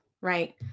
right